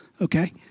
okay